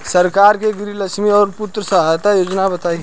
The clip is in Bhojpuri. सरकार के गृहलक्ष्मी और पुत्री यहायता योजना बताईं?